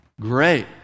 great